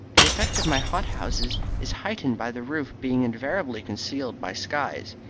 the effect of my hot-houses is heightened by the roofs being invariably concealed by skies,